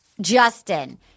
Justin